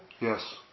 Yes